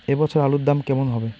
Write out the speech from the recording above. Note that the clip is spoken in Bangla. এ বছর আলুর দাম কেমন হবে?